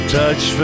touch